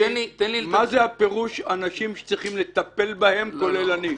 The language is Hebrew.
מה זה הפירוש "אנשים שצריכים לטפל בהם כולל אני"?